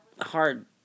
hard